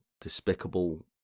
despicable